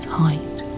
height